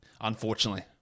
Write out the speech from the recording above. unfortunately